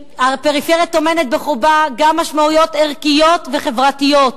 הפריפריה טומנת בחובה גם משמעויות ערכיות וחברתיות.